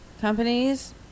companies